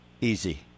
Easy